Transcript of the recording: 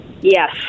Yes